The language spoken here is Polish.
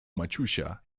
maciusia